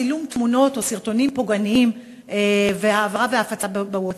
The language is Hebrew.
צילום תמונות או סרטונים פוגעניים והעברה והפצה בווטסאפ.